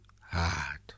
hard